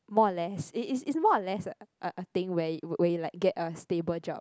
more or less it's it's it's more or less a a thing where where you like get a stable job